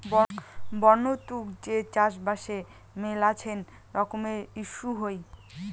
বন্য তুক যে চাষবাসে মেলাছেন রকমের ইস্যু হই